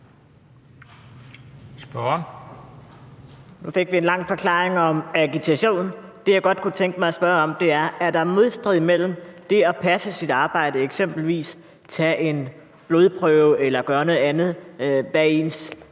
Nu fik vi en lang forklaring om agitation. Det, jeg godt kunne tænke mig at spørge om, er: Er der modstrid mellem det at passe sit arbejde til punkt og prikke, eksempelvis tage en blodprøve eller gøre noget andet, hvad ens